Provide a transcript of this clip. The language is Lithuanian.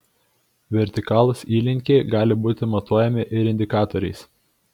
vertikalūs įlinkiai gali būti matuojami ir indikatoriais